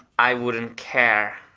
i wouldn't care,